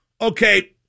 Okay